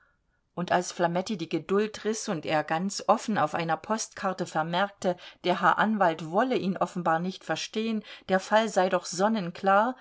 und als flametti die geduld riß und er ganz offen auf einer postkarte vermerkte der herr anwalt wolle ihn offenbar nicht verstehen der fall sei doch sonnenklar